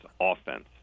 offense